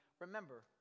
remember